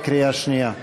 בקריאה שנייה.